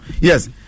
Yes